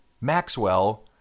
Maxwell